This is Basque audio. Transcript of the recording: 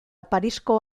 parisko